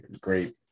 great